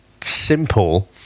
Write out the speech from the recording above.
simple